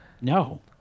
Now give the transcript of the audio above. no